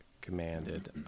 commanded